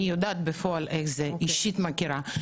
אני יודעת איך זה בפועל ומכירה את זה אישית.